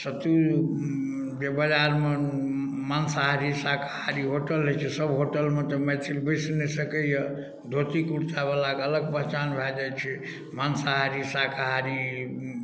सत्तू के बजारमे मांसाहारी साकाहारी होटल रहै छै सब होटलमे तऽ मैथिल बैस नहि सकैया धोतिकुर्ता वलाके अलग पहचान भऽ जाइ छै मांसाहारी साकाहारी